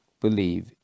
Believe